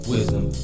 Wisdom